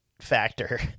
factor